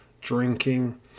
drinking